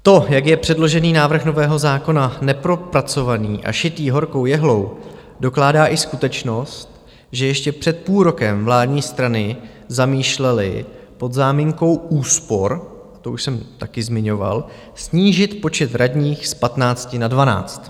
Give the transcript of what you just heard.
To, jak je předložený návrh nového zákona nepropracovaný a šitý horkou jehlou, dokládá i skutečnost, že ještě před půl rokem vládní strany zamýšlely pod záminkou úspor, to už jsem taky zmiňoval, snížit počet radních z patnácti na dvanáct.